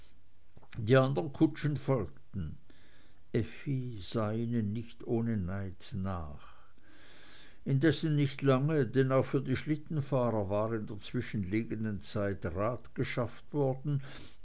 die andern kutschen folgten effi sah ihnen nicht ohne neid nach indessen nicht lange denn auch für die schlittenfahrer war in der zwischenliegenden zeit rat geschafft worden